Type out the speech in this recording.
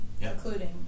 including